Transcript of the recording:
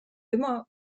immer